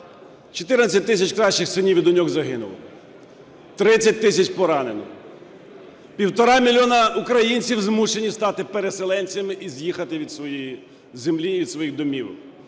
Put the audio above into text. тисяч кращих синів і доньок загинули, 30 тисяч поранених, півтора мільйони українців змушені стати переселенцями і з'їхати від своєї землі, від своїх домівок.